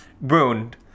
wound